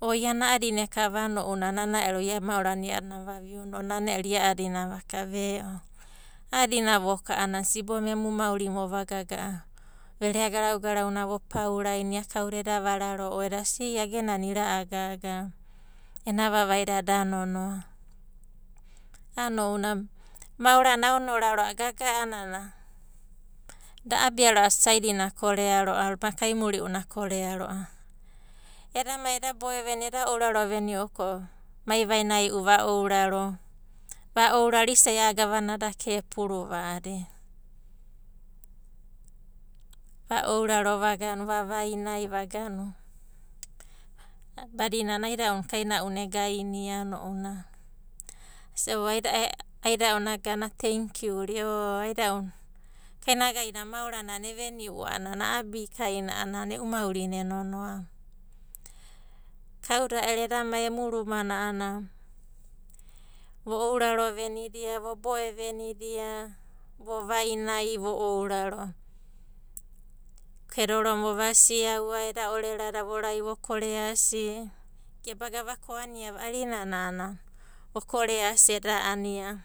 O iana a'adana ekava ounanai nana ero ia maorana ia'adina vaviuna o nana ero ia'adina vaka. Ve'o a'adina voka a'ana sibomu emu maurina vova gaga'a. Verea garau garau na vapaurainia kauda eda vararo'o eda sia ei agenana ira'agaga ena vavaida da nonoa a'ana ounanai maorana aonora ro'ava gaga'a a'ana da a'abia ro'ava saidinai akorea ro'ava kaimuri'unai akorea ro'ava. Eda mai eda boe veni'u, eda ouraro veni'u ko, mai vainai'u va ouraro, va ouraro isa'i a'a gavana daka epuru va a'adina. Va ouraro, vavainai badinana aida'una kaina'u na egaina ai'na ounanai. Aida'una agana atenkiu ra, o aida'una kainagaida maoranana evei'u a'anana a'abikaina a'ana e'u maurina e nonoa. Kauda ero edamai emu rumana a'ana vo ouraro venidia, vo boe venidia, vo vainai, vo ouraro kedoro na vova siaua, eda orerada vo rai vo koreasi, geba gavaka oaniava arinana a'ana vo koreasi eda ania.